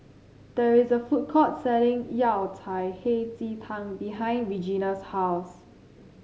there is a food court selling Yao Cai Hei Ji Tang behind Regena's house